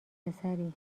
پسری